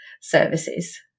services